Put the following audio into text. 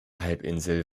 halbinsel